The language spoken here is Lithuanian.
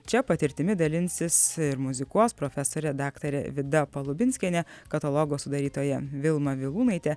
čia patirtimi dalinsis ir muzikuos profesorė daktarė vida palubinskienė katalogo sudarytoja vilma vilūnaitė